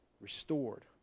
restored